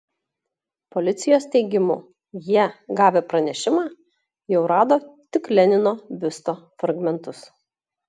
policijos teigimu jie gavę pranešimą jau rado tik lenino biusto fragmentus